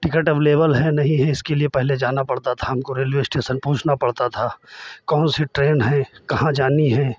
ticket available है नहीं है इसके लिए पहले जाना पड़ता था हमको रेलवे स्टेसन पहुँचना पड़ता था कौन सी ट्रेन है कहाँ जानी है